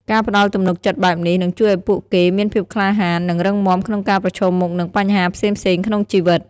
ការផ្តល់ទំនុកចិត្តបែបនេះ នឹងជួយឲ្យពួកគេមានភាពក្លាហាន និងរឹងមាំក្នុងការប្រឈមមុខនឹងបញ្ហាផ្សេងៗក្នុងជីវិត។